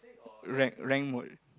rank rank mode